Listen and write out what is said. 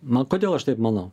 na kodėl aš taip manau